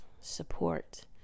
support